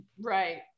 Right